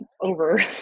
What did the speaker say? over